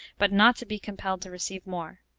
but not to be compelled to receive more.